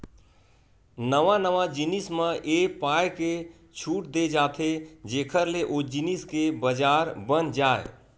नवा नवा जिनिस म ए पाय के छूट देय जाथे जेखर ले ओ जिनिस के बजार बन जाय